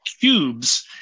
Cubes